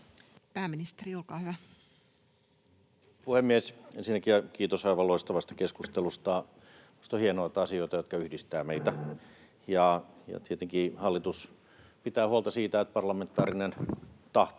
Content: Arvoisa puhemies! Ensinnäkin kiitos aivan loistavasta keskustelusta. Minusta on hienoa, että on asioita, jotka yhdistävät meitä. Tietenkin hallitus pitää huolta siitä, että parlamentaarinen tahto